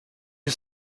you